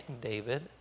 David